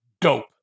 dope